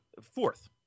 fourth